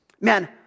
Man